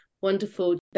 Wonderful